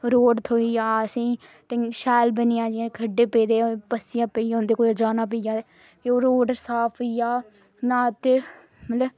road थ्होई जा असेंगी शैल बनी जा जि'यां खड्ढे पेदे पस्सियां पेइयां होंदियां कुतै जाना पेई जा ते ओह् रोड साफ होई जा ना ते मतलब